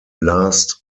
last